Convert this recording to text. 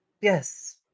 Yes